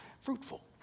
fruitful